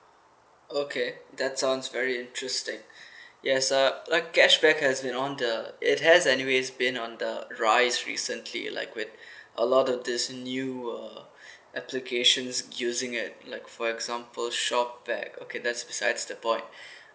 okay that sounds very interesting yes uh like cashback has been on the it has anyways been on the rise recently like with a lot of this newer applications using it like for example shopback okay that's besides the point